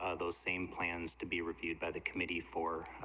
ah those same plans to be reviewed by the committee four,